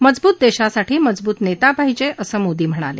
मजबूत देशासाठी मजबूत नेता पाहिजे असं मोदी म्हणाले